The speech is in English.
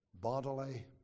bodily